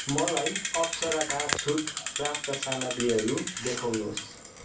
मलाई अप्सराका छुट प्राप्त सामग्रीहरू देखाउनुहोस्